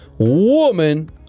Woman